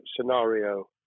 scenario